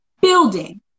building